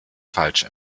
falsche